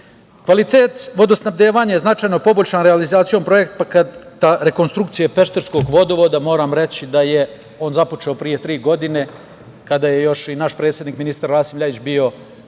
koriste. Kvalitet vodosnabdevanja je značajno poboljšan realizacijom projekata rekonstrukcije pešterskog vodovoda. Moram reći da je on započeo pre tri godine, kada je još i naš predsednik, ministar Rasim Ljajić, bio